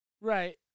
Right